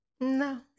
No